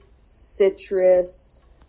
citrus